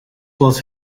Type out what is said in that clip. was